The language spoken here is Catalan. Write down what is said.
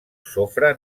sofre